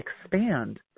expand